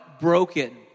broken